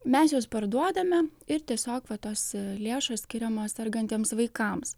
mes juos parduodame ir tiesiog va tos lėšos skiriamos sergantiems vaikams